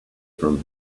from